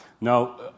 Now